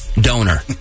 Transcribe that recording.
donor